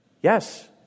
Yes